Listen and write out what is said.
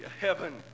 Heaven